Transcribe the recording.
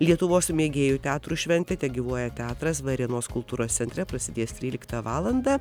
lietuvos mėgėjų teatrų šventė tegyvuoja teatras varėnos kultūros centre prasidės tryliktą valandą